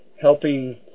helping